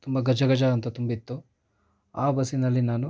ತುಂಬ ಗಜ ಗಜ ಅಂತ ತುಂಬಿತ್ತು ಆ ಬಸ್ಸಿನಲ್ಲಿ ನಾನು